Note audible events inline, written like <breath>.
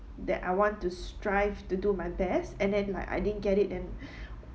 that I want to strive to do my best and then like I didn't get it and <breath>